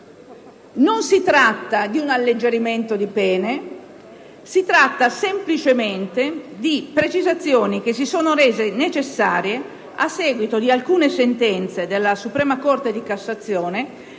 Non si tratta di un alleggerimento di pene, ma semplicemente di precisazioni che si sono rese necessarie a seguito di alcune sentenze della suprema Corte di cassazione